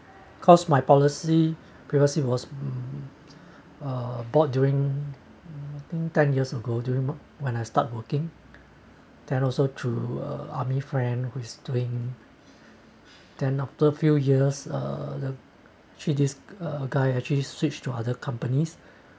cause my policy previously was uh bought during ten years ago during when I start working then also through a army friend who is doing then after a few years uh the actually this uh guy actually switched to other companies